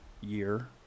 year